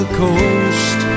coast